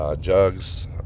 jugs